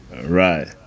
Right